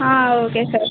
okay sir